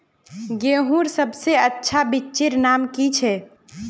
गेहूँर सबसे अच्छा बिच्चीर नाम की छे?